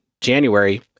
January